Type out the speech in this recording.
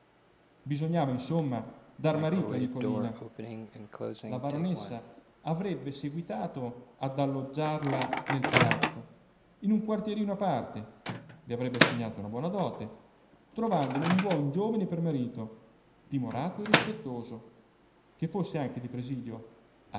bisognava insomma dar marito a nicolina la baronessa avrebbe seguitato ad alloggiarla nel palazzo in un quartierino a parte le avrebbe assegnato una buona dote trovandole un buon giovine per marito timorato e rispettoso che fosse anche di presidio